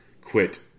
quit